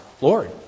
Lord